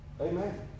Amen